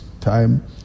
time